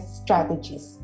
strategies